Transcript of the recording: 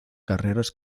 carreras